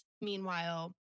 meanwhile